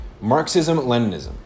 Marxism-Leninism